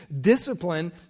discipline